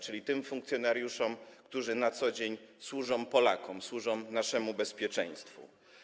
Chodzi o tych funkcjonariuszy, którzy na co dzień służą Polakom, służą naszemu bezpieczeństwu.